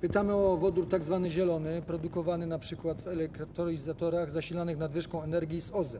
Pytam o wodór tzw. zielony produkowany np. w elektroizatorach zasilanych nadwyżką energii z OZE,